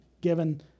given